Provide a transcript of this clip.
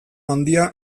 handia